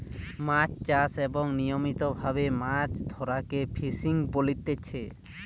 মাছ চাষ এবং নিয়মিত ভাবে মাছ ধরাকে ফিসিং বলতিচ্ছে